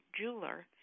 jeweler